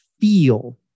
feel